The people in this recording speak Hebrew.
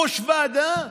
ראש ועדה,